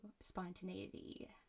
spontaneity